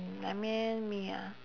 mm I mean me ya